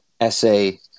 essay